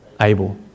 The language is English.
able